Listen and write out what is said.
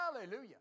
Hallelujah